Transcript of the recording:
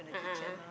a'ah a'ah